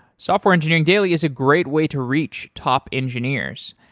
software engineering daily is a great way to reach top engineers.